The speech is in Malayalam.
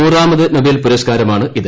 നൂറാമത് നൊബേൽ പുരസ്കാരമാണിത്